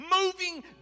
moving